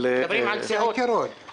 מדברים על סיעות.